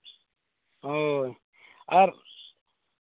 ᱦᱮᱸ ᱟᱨ